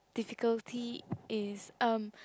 difficulty is um